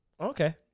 Okay